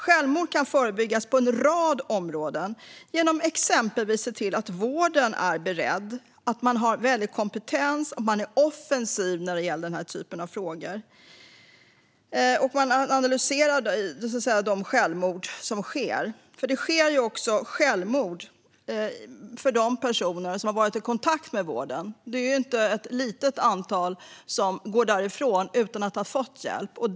Självmord kan förebyggas på en rad sätt, exempelvis genom att vi ser till att vården är beredd, kompetent och offensiv och genom att analysera de självmord som sker. Även personer som har varit i kontakt med vården begår självmord. Det är inget litet antal som går därifrån utan att ha fått hjälp.